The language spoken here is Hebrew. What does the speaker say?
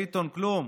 ביטון, כלום.